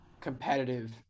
competitive